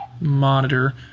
monitor